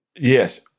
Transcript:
yes